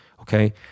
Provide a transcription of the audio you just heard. Okay